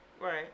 Right